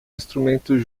instrumentos